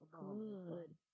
Good